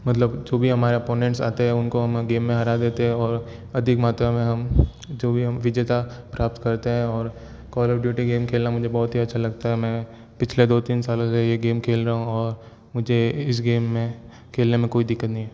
मतलब जो भी हमारे अपोनेंट्स आते हैं उनको हम गेम में हरा देते हैं और अधिक मात्रा में हम जो भी हम विजेता प्राप्त करते हैं और कॉल ऑफ ड्यूटी गेम खेलना मुझे बहुत ही अच्छा लगता है मैं पिछले दो तीन सालों से यह गेम खेल रहा हूँ और मुझे इस गेम में खेलने में कोई दिक्कत नहीं है